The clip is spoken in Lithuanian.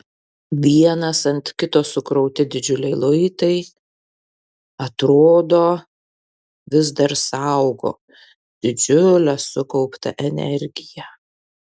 vienas ant kito sukrauti didžiuliai luitai atrodo vis dar saugo didžiulę sukauptą energiją